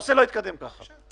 הנושא לא יתקדם כך.